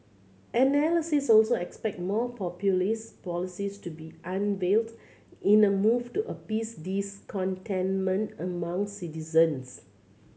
analysts also expect more populist policies to be unveiled in a move to appease discontentment among citizens